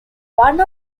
one